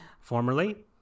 formerly